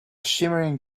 shimmering